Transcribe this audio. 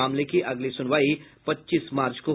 मामले की अगली सुनवाई पच्चीस मार्च को होगी